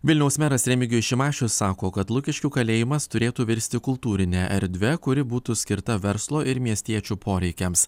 vilniaus meras remigijus šimašius sako kad lukiškių kalėjimas turėtų virsti kultūrine erdve kuri būtų skirta verslo ir miestiečių poreikiams